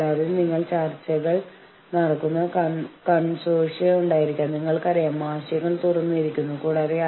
അയാൾക്ക് നിങ്ങളുടെ കാഴ്ചപ്പാടിനെ പ്രതിനിധീകരിക്കാൻ കഴിയാത്ത സാഹചര്യമുണ്ടാകാം